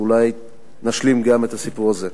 אולי נשלים גם את הסיפור הזה.